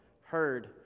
heard